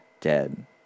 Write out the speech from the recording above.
dead